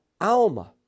Alma